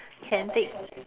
can take